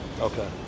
Okay